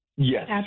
Yes